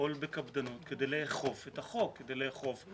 לפעול בקפדנות כדי לאכוף את החוק, כדי לאכוף.